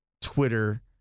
Twitter